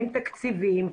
אין תקציבים.